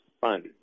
fun